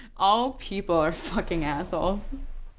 all people are fucking assholes.